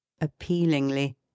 Appealingly